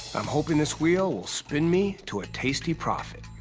i'm hoping this wheel will spin me to a tasty profit.